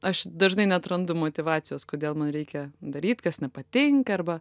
aš dažnai neatrandu motyvacijos kodėl man reikia daryt kas nepatinka arba